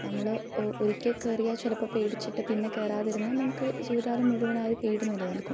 നമ്മള് ഒ ഒരിക്കൽ കയറിയാൽ ചിലപ്പോൾ പേടിച്ചിട്ട് പിന്നെ കയറാതിരുന്നാൽ നമുക്ക് ജീവിതകാലം മുഴുവനായി പേടി നിലനില്ക്കും